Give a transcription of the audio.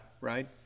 right